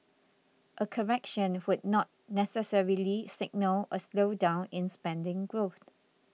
a correction would not necessarily signal a slowdown in spending growth